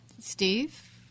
Steve